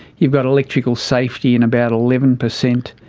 you've got electrical safety in about eleven percent,